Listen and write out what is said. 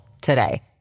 today